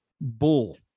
bull